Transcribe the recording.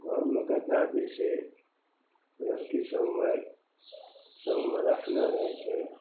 घरमे तऽ दै दै छै लड़कीसभ मोबाइल सङ्गमे राखने रहै छै